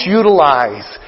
utilize